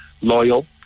loyal